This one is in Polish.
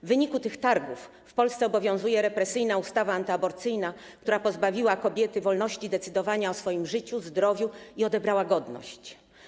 W wyniku tych targów w Polsce obowiązuje represyjna ustawa antyaborcyjna, która pozbawiła kobiety wolności decydowania o swoim życiu i zdrowiu i odebrała godność.